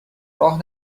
راه